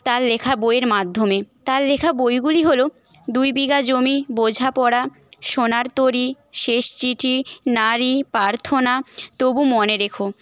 তাঁর লেখা বইয়ের মাধ্যমে তাঁর লেখা বইগুলি হলো দুই বিঘা জমি বোঝাপড়া সোনার তরী শেষ চিঠি নারী প্রার্থনা তবু মনে রেখো